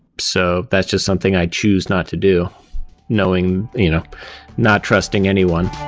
so that's just something i choose not to do knowing you know not trusting anyone.